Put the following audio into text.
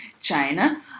China